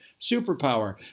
superpower